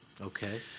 Okay